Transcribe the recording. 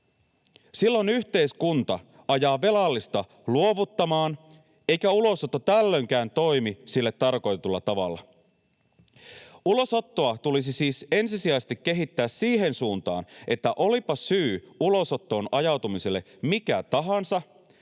Silloin yhteiskunta ajaa velallista luovuttamaan, eikä ulosotto tällöinkään toimi sille tarkoitetulla tavalla. Ulosottoa tulisi siis ensisijaisesti kehittää siihen suuntaan, että olipa syy ulosottoon ajautumiselle mikä tahansa